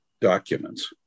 documents